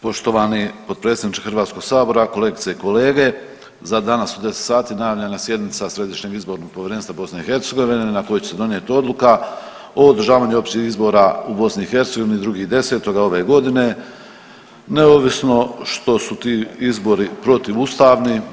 Poštovani potpredsjedniče Hrvatskog sabora, kolegice i kolege za danas u 10 sati najavljena je sjednica Središnjeg izbornog povjerenstva BiH na kojoj će se donijeti odluka o održavanju općih izbora u BiH 2.10. ove godine neovisno što su ti izbori protiv ustavni.